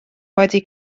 wedi